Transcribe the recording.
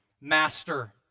master